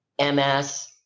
MS